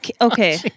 okay